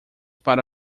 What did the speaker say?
para